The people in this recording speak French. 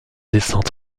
descend